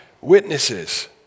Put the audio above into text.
witnesses